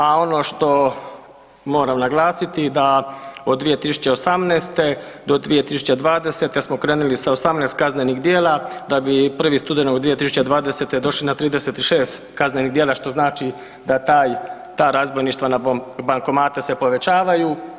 A ono što moram naglasiti da od 2018.-2020. smo krenuli sa 18 kaznenih djela da bi 1. studenog 2020. došli na 36 kaznenih djela što znači da ta razbojništva na bankomate se povećavaju.